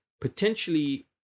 potentially